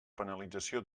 penalització